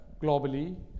globally